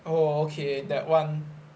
oh okay that [one]